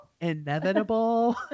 inevitable